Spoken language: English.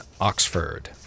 Oxford